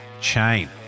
chain